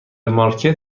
مارکت